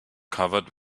covered